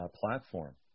platform